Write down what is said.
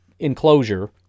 enclosure